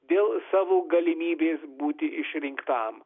dėl savo galimybės būti išrinktam